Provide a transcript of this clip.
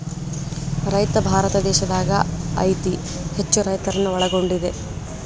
ರೈತ ಭಾರತ ದೇಶದಾಗ ಅತೇ ಹೆಚ್ಚು ರೈತರನ್ನ ಒಳಗೊಂಡಿದೆ